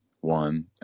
one